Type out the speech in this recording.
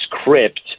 script